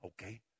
okay